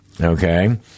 okay